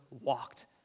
walked